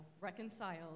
reconciled